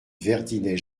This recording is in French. verdinet